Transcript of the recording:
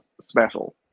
special